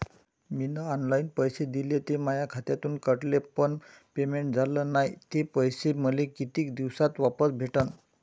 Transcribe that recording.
मीन online पैसे दिले, ते माया खात्यातून कटले, पण पेमेंट झाल नायं, ते पैसे मले कितीक दिवसात वापस भेटन?